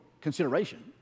consideration